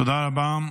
תודה רבה.